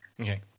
Okay